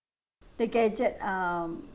the gadget um